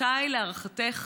מתי להערכתך